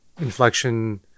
inflection